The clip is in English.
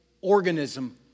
organism